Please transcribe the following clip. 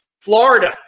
Florida